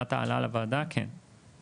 מבחינת ההעלאה לוועדה, כן.